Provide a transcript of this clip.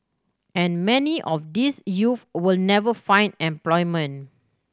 and many of these youth will never find employment